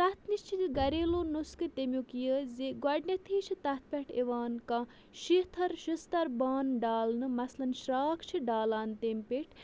تَتھ نِش چھِ گریلوٗ نُسخہٕ تمیُک یہِ زِ گۄڈنٮ۪تھٕے چھِ تَتھ پٮ۪ٹھ یِوان کانٛہہ شیٖتھر شِشتَر بانہٕ ڈالنہٕ مثلاً شرٛاکھ چھِ ڈالان تَمہِ پیٚٹھۍ